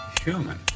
Human